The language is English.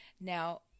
Now